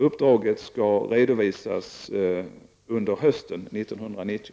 Uppdraget skall redovisas under hösten 1990.